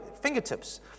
fingertips